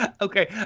Okay